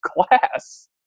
class